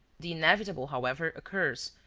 the inevitable, however, occurs,